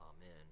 Amen